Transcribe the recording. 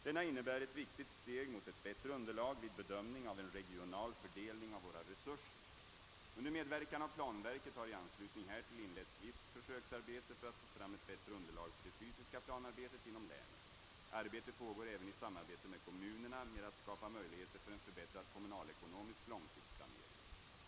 Denna innebär ett viktigt steg mot ett bättre underlag vid bedömning av en regional fördelning av våra resurser. Under medverkan av planverket har i anslutning härtill inletts visst försöksarbete för att få fram ett bättre underlag för det fysiska planarbetet inom länen. Arbete pågår även i samarbete med kommunerna med att skapa möjligheter för en förbättrad kommunalekonomisk långtidsplanering.